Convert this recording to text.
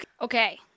Okay